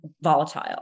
volatile